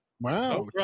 Wow